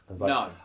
No